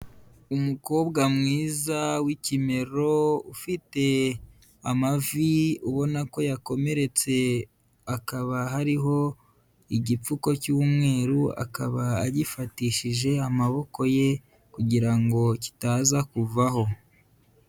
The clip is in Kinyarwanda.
Umukobwa mwiza w'ikimero ufite amavi ubona ko yakomeretse, akaba hariho igipfuko cy'umweru, akaba agifatishije amaboko ye kugira ngo kitaza kuvaho.